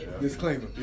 Disclaimer